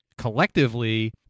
collectively